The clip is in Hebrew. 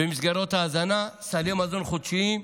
במסגרות ההזנה, סלי מזון חודשיים,